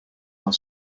are